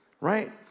right